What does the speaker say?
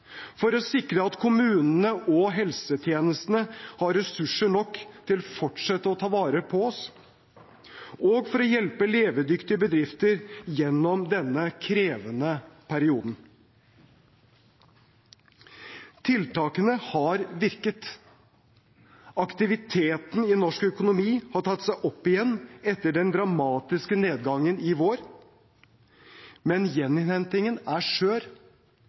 for å sikre at kommunene og helsetjenesten har ressurser nok til å fortsette å ta vare på oss, og for å hjelpe levedyktige bedrifter gjennom denne krevende perioden. Tiltakene har virket. Aktiviteten i norsk økonomi har tatt seg opp igjen etter den dramatiske nedgangen i vår. Men gjeninnhentingen er